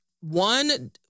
one